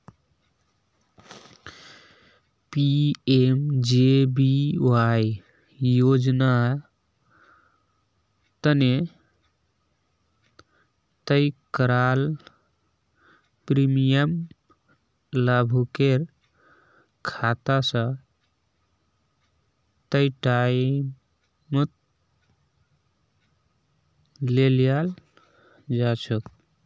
PMJBY योजना तने तय कराल प्रीमियम लाभुकेर खाता स तय टाइमत ले लियाल जाछेक